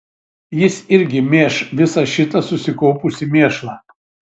jis irgi mėš visą šitą susikaupusį mėšlą